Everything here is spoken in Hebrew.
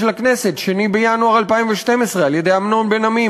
הכנסת ב-2 בינואר 2012 על-ידי אמנון בן-עמי,